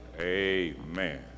Amen